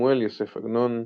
שמואל יוסף עגנון,